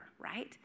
right